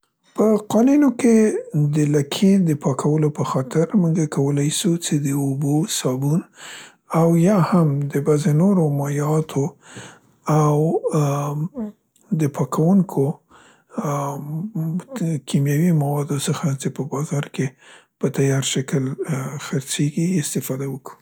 په قالینو کې د لکې د پاکولو په خاطر مونګه کولای سو څې د اوبو صابون او یا هم د بعضې نورو مایعاتو او ا، م، د پاکونکو ام، ت، کیمیاوي موادو څخه څې په بازار کې په تیار شکل خرڅيګي استفاده وکو.